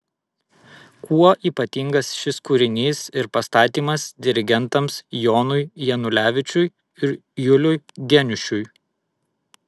kuo ypatingas šis kūrinys ir pastatymas dirigentams jonui janulevičiui ir juliui geniušui